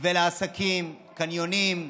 מתווה לעסקים, קניונים,